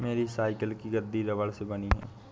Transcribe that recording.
मेरी साइकिल की गद्दी रबड़ से बनी है